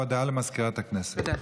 הודעה לסגנית מזכיר הכנסת.